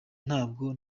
ntabwo